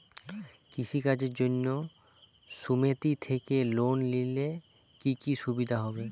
কৃষি কাজের জন্য সুমেতি থেকে লোন নিলে কি কি সুবিধা হবে?